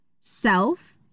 self